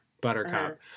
Buttercup